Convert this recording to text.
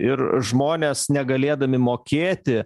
ir žmonės negalėdami mokėti